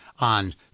on